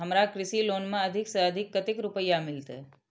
हमरा कृषि लोन में अधिक से अधिक कतेक रुपया मिलते?